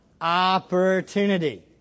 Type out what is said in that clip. Opportunity